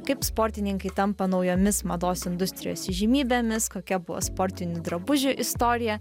kaip sportininkai tampa naujomis mados industrijos įžymybėmis kokia buvo sportinių drabužių istorija